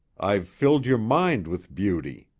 i've filled your mind with beauty.